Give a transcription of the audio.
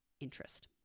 interest